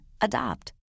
Adopt